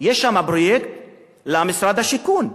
יש שם פרויקט של משרד השיכון.